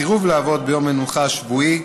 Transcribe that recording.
(סירוב לעבוד ביום המנוחה השבועי),